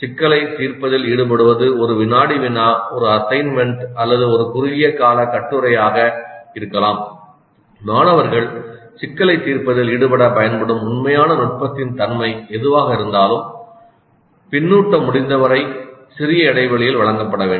சிக்கலை தீர்ப்பதில் ஈடுபடுவது ஒரு வினாடி வினா ஒரு அசைன்மென்ட் அல்லது ஒரு குறுகிய கால கட்டுரையாக இருக்கலாம் மாணவர்கள் சிக்கலை தீர்ப்பதில் ஈடுபட பயன்படும் உண்மையான நுட்பத்தின் தன்மை எதுவாக இருந்தாலும் பின்னூட்டம் முடிந்தவரை சிறிய இடைவெளியில் வழங்கப்பட வேண்டும்